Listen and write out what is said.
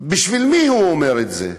בשביל מי הוא אומר את זה?